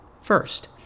First